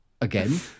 Again